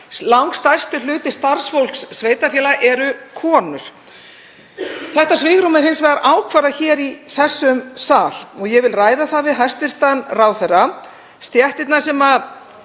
langstærsti hluti starfsfólks sveitarfélaga eru konur. Þetta svigrúm er hins vegar ákvarðað hér í þessum sal og ég vil ræða það við hæstv. ráðherra. Stéttirnar sem við